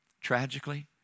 Tragically